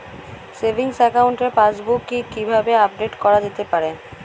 Savings একাউন্টের passbook কি কিভাবে আপডেট করা যেতে পারে?